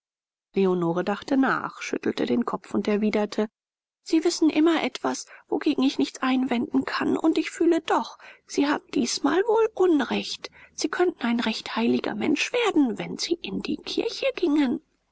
leonore dachte nach schüttelte den kopf und erwiderte sie wissen immer etwas wogegen ich nichts einwenden kann und ich fühle doch sie haben diesmal wohl unrecht sie könnten ein recht heiliger mensch werden wenn sie in die kirche gingen